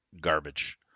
garbage